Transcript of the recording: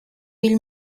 bill